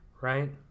right